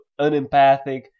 unempathic